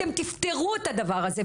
אתם תפתרו את הדבר הזה.